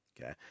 Okay